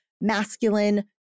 masculine